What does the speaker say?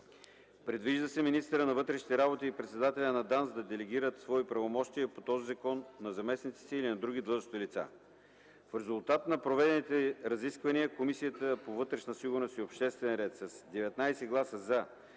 Предвижда се министърът на вътрешните работи и председателят на ДАНС да делегират свои правомощия по този закон на заместниците си или на други длъжностни лица. В резултат на проведените разисквания, Комисията по вътрешна сигурност и обществен ред с 19 гласа